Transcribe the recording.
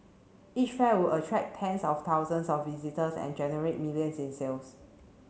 each fair would attract tens of thousands of visitors and generate millions in sales